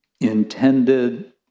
intended